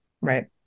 Right